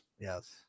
yes